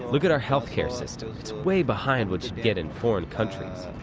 look at our health care system it's way behind what you'd get in foreign countries.